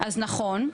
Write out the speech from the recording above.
אז נכון,